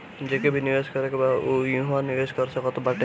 जेके भी निवेश करे के बाटे उ इहवा निवेश कर सकत बाटे